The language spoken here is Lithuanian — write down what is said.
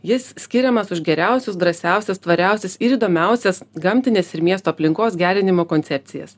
jis skiriamas už geriausius drąsiausias tvariausias ir įdomiausias gamtines ir miesto aplinkos gerinimo koncepcijas